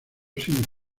sino